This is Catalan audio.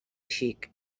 xic